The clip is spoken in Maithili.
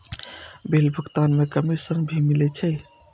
बिल भुगतान में कमिशन भी मिले छै?